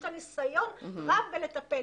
יש לה ניסיון רב בטיפול,